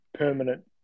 permanent